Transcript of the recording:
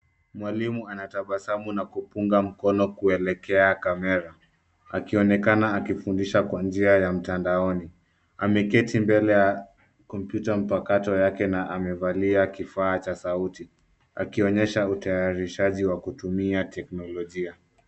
Mwalimu anatabasamu na kupunga mkono kuelekea kamera akionekana akifundisha kwa njia ya mtandaoni. Ameketi mbele ya kompyuta mpakato yake na amevalia kifaa cha sauti akionyesha utayarishaji wa kutumia teknolojia.